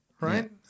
Right